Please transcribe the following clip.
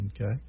Okay